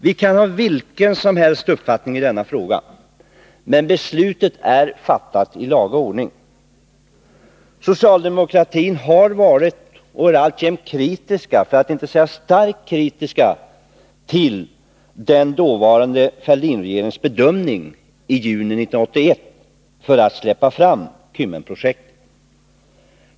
Vi kan ha vilken uppfattning som helst i denna fråga, men beslutet är fattat i laga ordning. Socialdemokratin har varit och är alltjämt kritisk, för att inte säga starkt kritisk, till den dåvarande Fälldinregeringens bedömning i juni 1981 att släppa fram Kymmenprojektet.